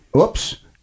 Oops